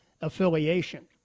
affiliation